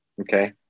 Okay